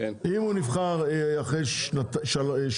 אם הוא נבחר אחרי שנה,